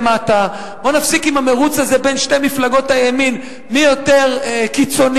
בואו נפסיק עם המירוץ הזה בין שתי מפלגות הימין מי יותר קיצוני,